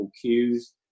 cues